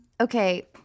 Okay